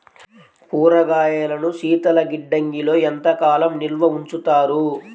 కూరగాయలను శీతలగిడ్డంగిలో ఎంత కాలం నిల్వ ఉంచుతారు?